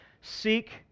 seek